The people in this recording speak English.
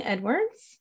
Edwards